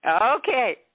Okay